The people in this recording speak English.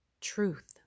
truth